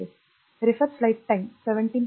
असे असेल